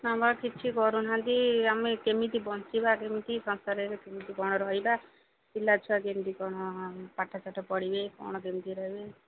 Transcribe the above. ନା ବା କିଛି କରୁନାହାନ୍ତି ଆମେ କେମିତି ବଞ୍ଚିବା କେମିତି ସଂସାର କେମିତି କ'ଣ ରହିବା ପିଲାଛୁଆ କେମିତି କ'ଣ ପାଠଶାଠ ପଢ଼ିବେ କ'ଣ କେମିତି ରହିବେ